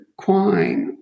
Quine